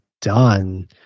done